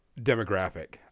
demographic